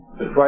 Right